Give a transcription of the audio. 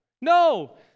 No